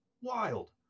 wild